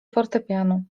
fortepianu